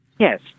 Yes